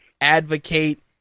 advocate